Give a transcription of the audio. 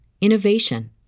innovation